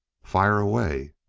fire away!